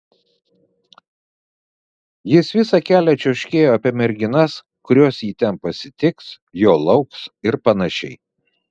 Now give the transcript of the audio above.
jis visą kelią čiauškėjo apie merginas kurios jį ten pasitiks jo lauks ir panašiai